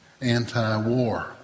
anti-war